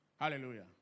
Hallelujah